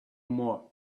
more